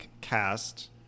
cast